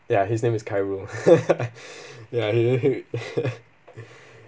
ya his name kairul ya